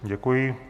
Děkuji.